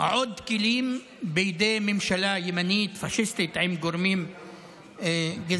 עוד כלים בידי ממשלה ימנית פשיסטית עם גורמים גזעניים